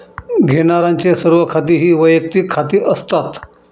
घेण्यारांचे सर्व खाती ही वैयक्तिक खाती असतात